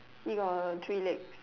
he got three legs